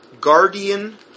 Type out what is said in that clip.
Guardian